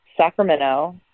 Sacramento